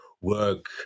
work